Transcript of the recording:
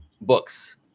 books